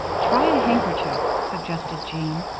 try a handkerchief, suggested jean.